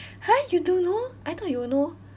!huh! you don't know I thought you will know